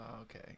okay